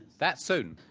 that soon?